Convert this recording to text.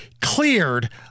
cleared